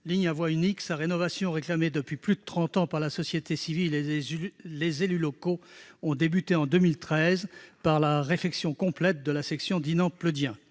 Ligne à voie unique, sa rénovation, réclamée depuis plus de trente ans par la société civile et les élus locaux, a débuté en 2013 par la réfection complète de la section entre Dinan